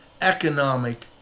economic